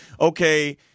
Okay